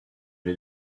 les